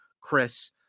Chris